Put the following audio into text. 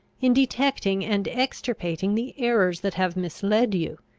in detecting and extirpating the errors that have misled you.